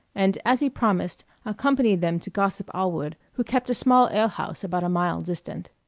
and, as he promised, accompanied them to gossip allwood, who kept a small ale-house about a mile distant.